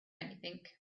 anything